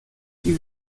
die